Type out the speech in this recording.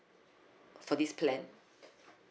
for this plan